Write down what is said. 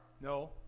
no